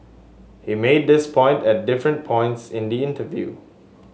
he made this point at different points in the interview